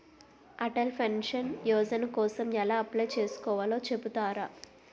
Atal pension Yojana కోసం ఎలా apply చేసుకోవాలో చెపుతారా?